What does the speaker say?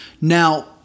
Now